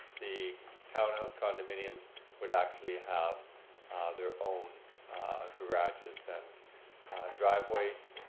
the townhouse condominiums would actually have their own garages and driveways.